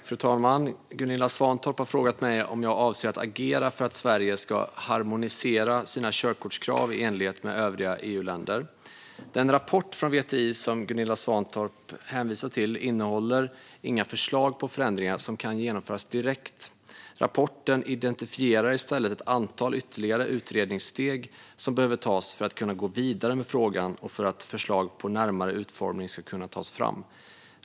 Fru talman! Gunilla Svantorp har frågat mig om jag avser att agera för att Sverige ska harmonisera sina körkortskrav i enlighet med övriga EU-länder. Den rapport från VTI som Gunilla Svantorp hänvisar till innehåller inga förslag på förändringar som kan genomföras direkt. Rapporten identifierar i stället ett antal ytterligare utredningssteg som behöver tas för att man ska kunna gå vidare med frågan och för att förslag på närmare utformning ska kunna tas fram.